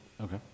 Okay